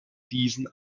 diesen